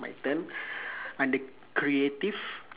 my turn under creative